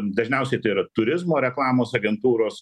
dažniausiai tai yra turizmo reklamos agentūros